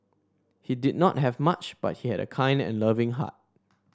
he did not have much but he had a kind and loving heart